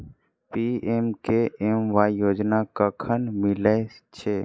PMKMY योजना कखन मिलय छै?